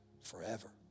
Forever